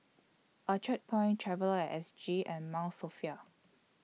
Orchard Point Traveller S G and Mount Sophia